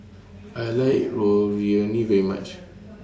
I like Ravioli very much